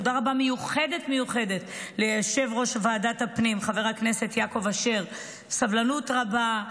תודה רבה מיוחדת ליושב-ראש ועדת הפנים חבר הכנסת יעקב אשר שבסבלנות רבה,